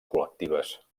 col·lectives